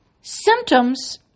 symptoms